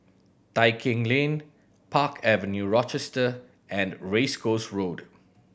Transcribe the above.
Tai Keng Lane Park Avenue Rochester and Race Course Road